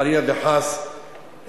חלילה וחס,